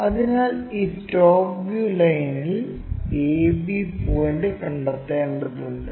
അതിനാൽ ഈ top view ലൈനിൽ a b പോയിന്റ് കണ്ടെത്തേണ്ടതുണ്ട്